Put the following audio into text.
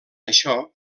això